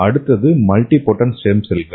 அடுத்தது multipotent stem செல்கள்